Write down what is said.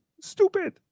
Stupid